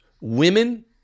Women